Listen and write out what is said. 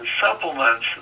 supplements